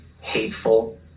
hateful